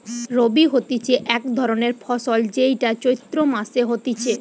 রবি হতিছে এক রকমের ফসল যেইটা চৈত্র মাসে হতিছে